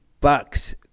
bucks